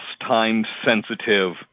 time-sensitive